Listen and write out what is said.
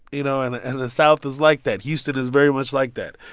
you know, and and the south is like that. houston is very much like that.